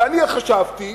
חשבתי